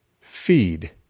feed